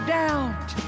doubt